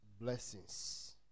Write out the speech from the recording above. blessings